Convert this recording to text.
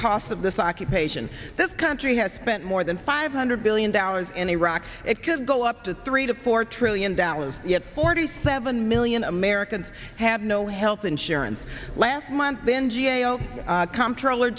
cost of this occupation this country has spent more than five hundred billion dollars in iraq it could go up to three to four trillion dollars yet forty seven million americans had no health insurance last month then g a o comptroller